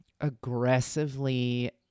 aggressively